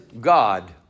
God